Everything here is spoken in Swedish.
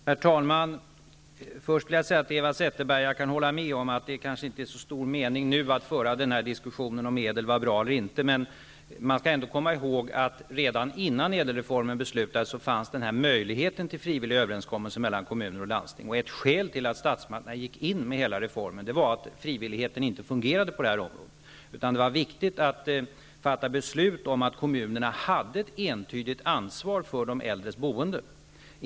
Herr talman! Först vill jag säga till Eva Zetterberg att jag kan hålla med om att det kanske inte är så stor mening att nu föra en diskussion om ÄDEL reformen var bra eller inte. Man skall komma ihåg att möjligheten till frivilliga överenskommelser mellan kommuner och landsting fanns redan tidigare. Ett skäl till att statsmakterna gick in med hela reformen var att frivilligheten inte fungerade på detta område, utan det var viktigt att fatta beslut om att kommunerna hade ett entydigt ansvar för de äldres boende.